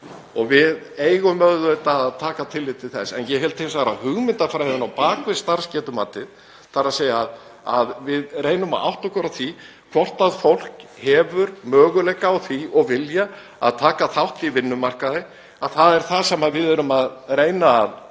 og við eigum auðvitað að taka tillit til þess. Ég held hins vegar að hugmyndafræðin á bak við starfsgetumatið hafi verið rétt, þ.e. að við reynum að átta okkur á því hvort fólk hefur möguleika á því og vilja til að taka þátt á vinnumarkaði, það er það sem við erum að reyna að